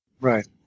Right